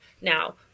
Now